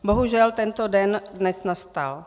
Bohužel tento den dnes nastal.